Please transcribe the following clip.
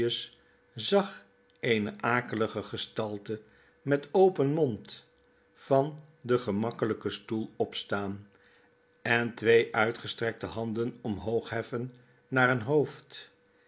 zag eene akelige gestalte met open mond van den gemakkelyken stoel opstaan en twee uitgestrekte handen omhoog heffen naar een hoofd